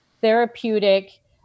therapeutic